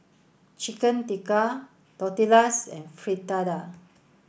Chicken Tikka Tortillas and Fritada